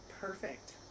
Perfect